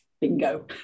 bingo